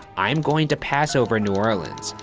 i am going to pass over new orleans.